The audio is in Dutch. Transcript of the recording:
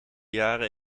jaren